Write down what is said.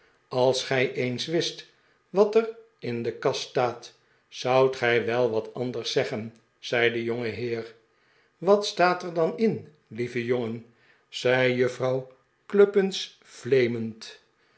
als gij eens wist wat er in de kast staat zoudt gij wel wat anders zeggen zei de jongeheer wat staat er dan in lieve jpngen zei juffrouw cluppins fleemend